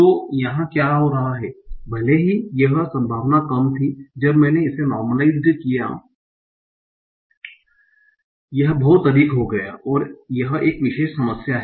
तो यहाँ क्या हो रहा है भले ही यह संभावना कम थी जब मैंने इसे नार्मलाइस्ड किया यह बहुत अधिक हो गया यह एक विशेष समस्या है